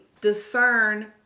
discern